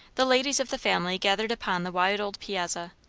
the ladies of the family gathered upon the wide old piazza.